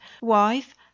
wife